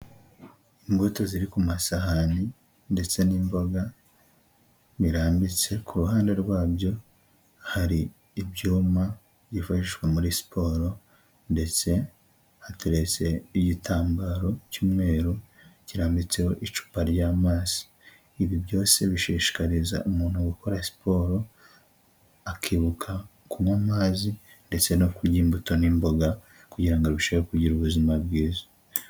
Imbuto ziri ku masahani ndetse n'imboga biraranmbitse ku meza iruhande rwabyo hari ibyuma byifashwa muri siporo ndetse hateretse igitambaro cy'umweru kirambitseho icupa rya mazi ibi byose bishishikariza umuntu gukora siporo akibuka kunywa amazi ndetse no kurya imbuto n'imboga kugirango arusheho kugira ubuzima bwiza.